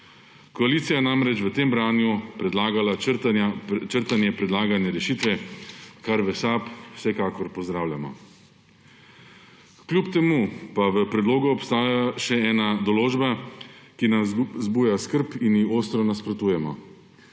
Koalicija je namreč v tem branju predlagala črtanje predlagane rešitve, kar v SAB vsekakor pozdravljamo. Kljub temu pa v predlogu obstaja še ena določba, ki zbuja skrb in ji ostro nasprotujemo.